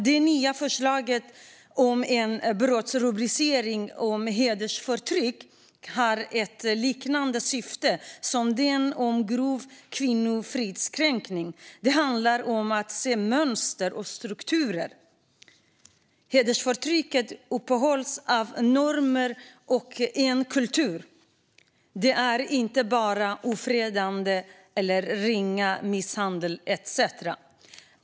Det nya förslaget om brottsrubriceringen hedersförtryck har ett liknande syfte som det om grov kvinnofridskränkning. Det handlar om att se mönster och strukturer. Hedersförtrycket uppehålls av normer och av en kultur. Det är inte bara ofredande, ringa misshandel etcetera.